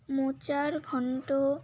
মোচার ঘণ্ট